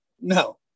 no